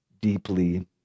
deeply